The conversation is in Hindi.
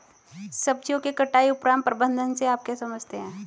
सब्जियों के कटाई उपरांत प्रबंधन से आप क्या समझते हैं?